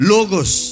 Logos